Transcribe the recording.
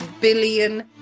billion